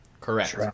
Correct